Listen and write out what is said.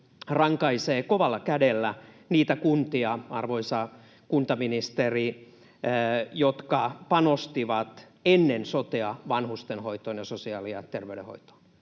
rankaisee kovalla kädellä niitä kuntia, arvoisa kuntaministeri, jotka panostivat ennen sotea vanhustenhoitoon ja sosiaali- ja terveydenhoitoon.